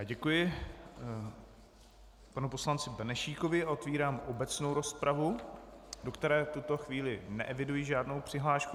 Děkuji panu poslanci Benešíkovi a otevírám obecnou rozpravu, do které v tuto chvíli neeviduji žádnou přihlášku.